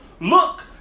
Look